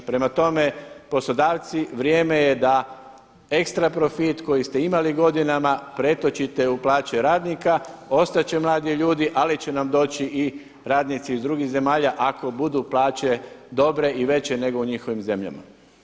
Prema tome, poslodavci vrijeme je da ekstra profit koji ste imali godinama pretočite u plaće radnika, ostat će mladi ljudi ali će nam doći i radnici iz drugih zemalja ako budu plaće dobre i veće nego u njihovim zemljama.